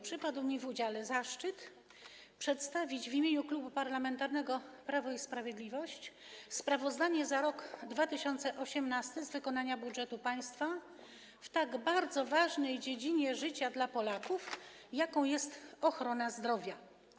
Przypadł mi w udziale zaszczyt przedstawienia w imieniu Klubu Parlamentarnego Prawo i Sprawiedliwość sprawozdania za rok 2018 z wykonania budżetu państwa w tak bardzo ważnej dziedzinie życia Polaków, jaką jest ochrona zdrowia.